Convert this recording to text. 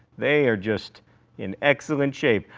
they are just in excellent shape.